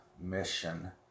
mission